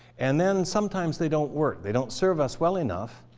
and then sometimes, they don't work. they don't serve us well enough,